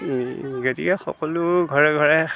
গতিকে সকলো ঘৰে ঘৰে